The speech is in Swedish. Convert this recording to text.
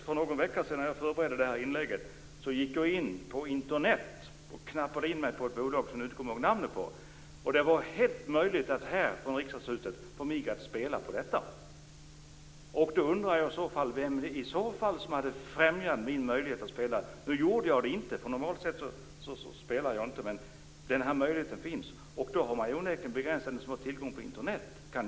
För någon vecka sedan, när jag förberedde det här inlägget, gick jag in på Internet och knappade in mig på ett bolag som jag i dag inte kommer ihåg namnet på. Det var fullt möjligt för mig att här i Riksdagshuset spela genom detta bolag. Då undrar jag vem i så fall som hade främjat min möjlighet att spela. Nu gjorde jag det inte, eftersom jag normalt sett inte spelar, men möjligheten finns och då kan också de som har tillgång till Internet göra det.